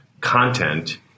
content